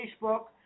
Facebook